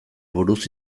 buruz